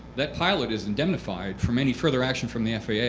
that pilot is indemnified from any further action from the faa. yeah